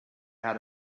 had